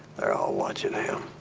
they're all watching him.